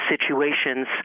situations